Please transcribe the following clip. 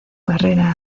carrera